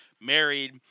married